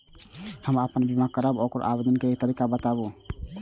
हम आपन बीमा करब ओकर आवेदन करै के तरीका बताबु?